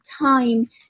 time